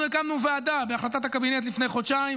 אנחנו הקמנו ועדה בהחלטת הקבינט לפני חודשיים,